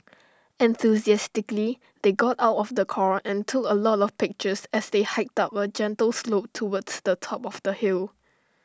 enthusiastically they got out of the car and took A lot of pictures as they hiked up A gentle slope towards the top of the hill